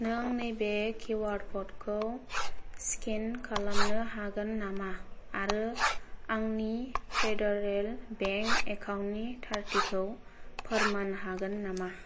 नों नैबे किउआर क'डखौ स्केन खालामनो हागोन नामा आरो आंनि फेडारेल बेंक एकाउन्ट नि थारथिखौ फोरमान हागोन नामा